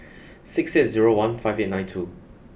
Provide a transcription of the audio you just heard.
six eight zero one five eight nine two